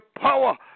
power